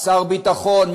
שר הביטחון,